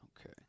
Okay